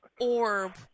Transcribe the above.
orb